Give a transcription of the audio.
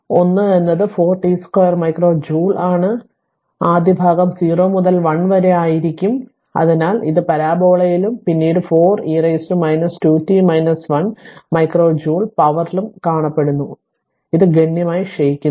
അതിനാൽ 1 എന്നത് 4 t2 micro joule ആണ് അതിനാൽ ആദ്യ ഭാഗം 0 മുതൽ 1 വരെ ആയിരിക്കും അതിനാൽ ഇത് പരാബോളയിലും പിന്നീട് 4 e 2 t 1 മൈക്രോ ജൂൾ പവറിലും കാണപ്പെടുന്നു അതിനാൽ ഇത് ഗണ്യമായി ക്ഷയിക്കുന്നു